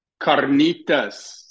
carnitas